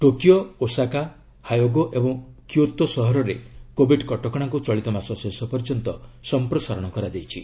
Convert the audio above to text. Tokyo Osaka Hyogo ଏବଂ Kyoto ସହରରେ Covid କଟକଣାକୁ ଚଳିତ ମାସ ଶେଷ ପର୍ଯ୍ୟନ୍ତ ସଂପ୍ରସାରଣ କରାଯାଇଛି